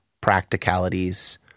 practicalities